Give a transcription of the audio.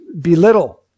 belittle